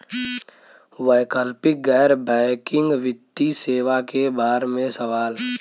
वैकल्पिक गैर बैकिंग वित्तीय सेवा के बार में सवाल?